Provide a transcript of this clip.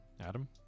Adam